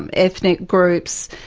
and ethnic groups,